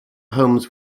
homes